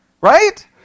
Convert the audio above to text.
Right